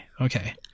okay